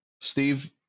Steve